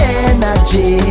energy